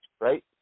right